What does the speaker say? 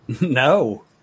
No